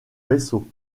vaisseau